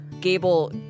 Gable